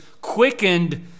quickened